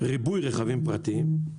ריבוי רכבים פרטיים,